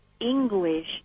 English